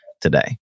today